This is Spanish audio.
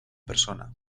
persona